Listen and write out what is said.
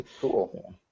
Cool